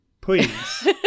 Please